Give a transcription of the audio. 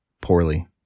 Poorly